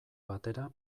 batera